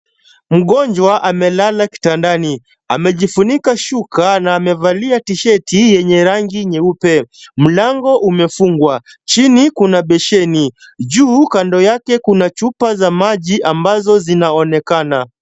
Mgonjwa amelala kitandani. Amejifunika shuka na amevalia tisheti yenye rangi nyeupe. Mlango umefungwa. Chini kuna besheni. Juu kando yake kuna chupa za maji ambazo zinaonekana.